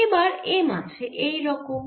এবার M আছে এই রকম